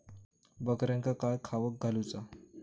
बकऱ्यांका काय खावक घालूचा?